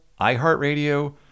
iHeartRadio